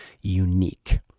unique